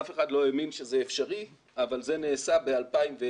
אף אחד לא האמין שזה אפשרי אבל זה נעשה ביוני